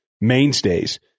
mainstays